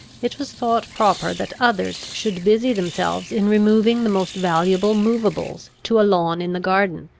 it was thought proper that others should busy themselves in removing the most valuable moveables to a lawn in the garden.